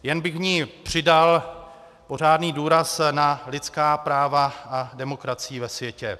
Jen bych v ní přidal pořádný důraz na lidská práva a demokracii ve světě.